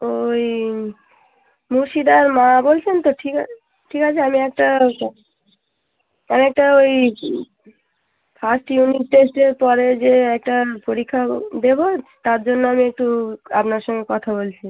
ওই মুর্শিদার মা বলছেন তো ঠিক আছে আমি একটা আমি একটা আমি একটা ওই ফার্স্ট ইউনিট টেস্টের পরে যে একটা পরীক্ষা দেবো তার জন্য আমি একটু আপনার সঙ্গে কথা বলছি